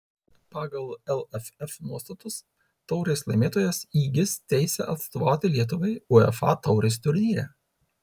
pagal lff nuostatus taurės laimėtojas įgis teisę atstovauti lietuvai uefa taurės turnyre